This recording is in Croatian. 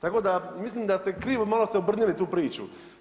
Tako da mislim da ste krivo, malo ste obrnuli tu priču.